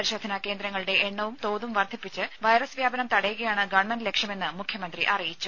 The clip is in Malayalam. പരിശോധനാ കേന്ദ്രങ്ങളുടെ എണ്ണവും തോതും വർദ്ധിപ്പിച്ച് വൈറസ് വ്യാപനം തടയുകയാണ് ഗവൺമെന്റിന്റെ ലക്ഷ്യമെന്ന് മുഖ്യമന്ത്രി അറിയിച്ചു